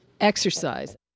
exercise